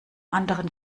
anderen